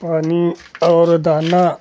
पानी और दाना